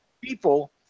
people